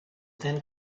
then